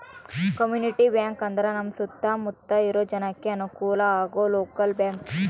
community bank ಅಂದ್ರ ನಮ್ ಸುತ್ತ ಮುತ್ತ ಇರೋ ಜನಕ್ಕೆ ಅನುಕಲ ಆಗೋ ಲೋಕಲ್ ಬ್ಯಾಂಕ್